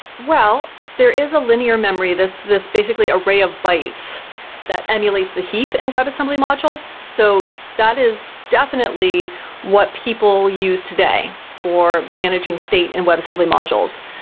well, there is a linear memory, this this basically a ray of bytes that emulates the heat in a web assembly module, so that is definitely what people use today for managing state and web assembly modules.